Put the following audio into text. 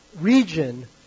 region